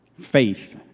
faith